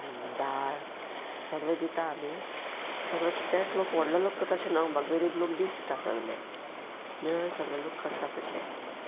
दाळ सगले दिता आमी सगळे तेच लोक व्हडलो लोक करता अशे ना गरीब लोक बी दिता सगले मेळून सगळे लोक करता तशे